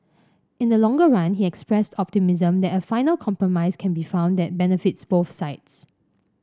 in the longer run he expressed optimism that a final compromise can be found that benefits both sides